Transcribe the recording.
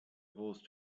horse